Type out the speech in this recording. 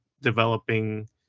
developing